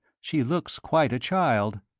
she looks quite a child.